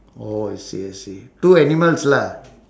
oh I see I see two animals lah